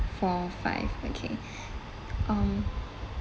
four five okay um